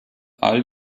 all